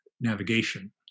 navigation